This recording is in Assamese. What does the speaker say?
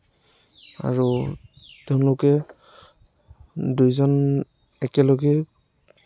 আৰু তেওঁলোকে দুইজন একেলগেই